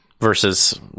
Versus